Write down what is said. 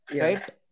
right